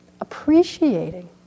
appreciating